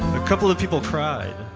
a couple of people cried.